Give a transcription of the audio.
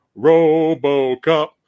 RoboCop